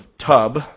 tub